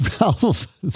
Ralph